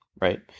right